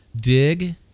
DIG